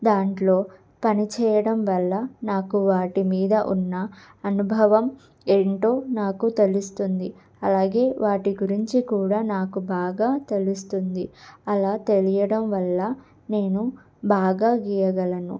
దాంట్లో పనిచేయడం వల్ల నాకు వాటి మీద ఉన్న అనుభవం ఏంటో నాకు తెలుస్తుంది అలాగే వాటి గురించి కూడా నాకు బాగా తెలుస్తుంది అలా తెలియడం వల్ల నేను బాగా గీయగలను